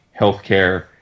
healthcare